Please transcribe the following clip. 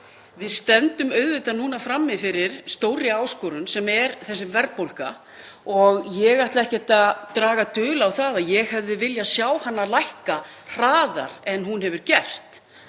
Við stöndum auðvitað frammi fyrir stórri áskorun sem er þessi verðbólga og ég ætla ekkert að draga dul á að ég hefði viljað sjá hana lækka hraðar en hún hefur gert.